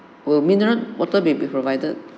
will mineral water be provided